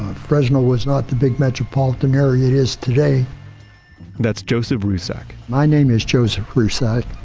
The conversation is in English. ah fresno was not the big metropolitan area it is today that's joseph rusak my name is joseph rusak.